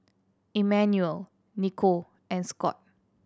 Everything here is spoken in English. Immanuel Nikko and Scott